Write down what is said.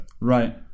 Right